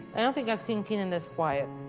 i don't think i've seen keenan this quiet.